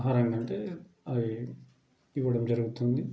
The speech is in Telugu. ఆహారంగా అంటే అవి ఇవ్వడం జరుగుతుంది